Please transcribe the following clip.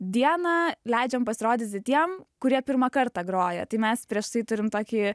dieną leidžiam pasirodyti tiem kurie pirmą kartą groja tai mes prieš tai turim tokį